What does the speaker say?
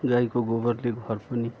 गाईको गोबरले घर पनि